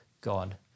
God